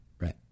right